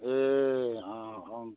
ए अँ